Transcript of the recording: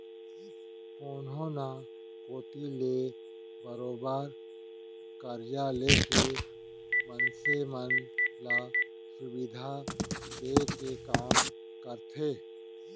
कोनो न कोती ले बरोबर करजा लेके मनसे मन ल सुबिधा देय के काम करथे